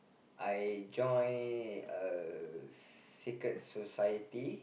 I join uh secret society